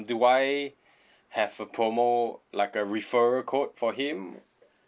do I have a promo like a referral code for him